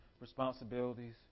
responsibilities